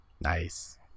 Nice